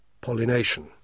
pollination